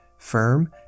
Firm